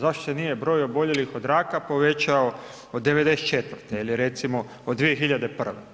Zašto se nije broj oboljelih od raka povećao od 1994. ili recimo od 2001.